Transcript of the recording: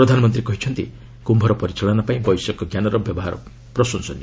ପ୍ରଧାନମନ୍ତ୍ରୀ କହିଚନ୍ତି କ୍ୟୁର ପରିଚାଳନାପାଇଁ ବୈଷୟିକ ଜ୍ଞାନର ବ୍ୟବହାର ମଧ୍ୟ ପ୍ରଶଂସନୀୟ